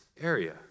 area